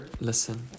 listen